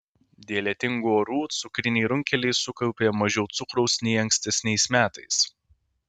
dėl lietingų orų cukriniai runkeliai sukaupė mažiau cukraus nei ankstesniais metais